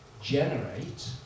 generate